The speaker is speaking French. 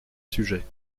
sujet